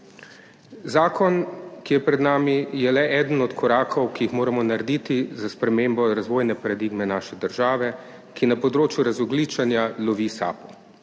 Zakon, ki je pred nami, je le eden od korakov, ki jih moramo narediti za spremembo razvojne paradigme naše države, ki na področju razogljičenja lovi sapo.